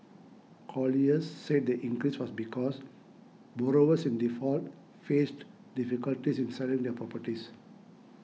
colliers said the increase was because borrowers in default faced difficulties in selling their properties